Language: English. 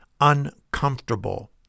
uncomfortable